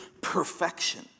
perfection